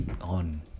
on